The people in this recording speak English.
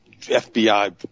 FBI